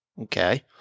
okay